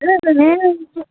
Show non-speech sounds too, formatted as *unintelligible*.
*unintelligible*